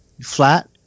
flat